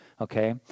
Okay